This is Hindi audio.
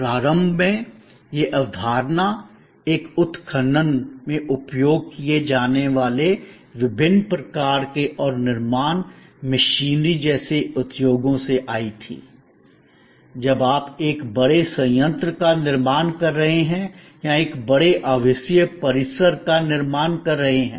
प्रारंभ में यह अवधारणा एक उत्खनन में उपयोग किए जाने वाले विभिन्न प्रकार के और निर्माण मशीनरी जैसे उद्योगों से आई थी जब आप एक बड़े संयंत्र का निर्माण कर रहे हैं या एक बड़े आवासीय परिसर का निर्माण कर रहे हैं